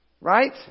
Right